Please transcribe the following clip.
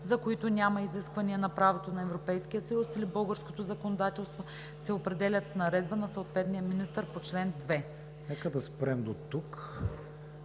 за които няма изисквания на правото на Европейския съюз или българското законодателство, се определят с наредба на съответния министър по чл. 2.“ ПРЕДСЕДАТЕЛ